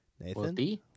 Nathan